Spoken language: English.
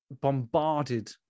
bombarded